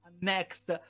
next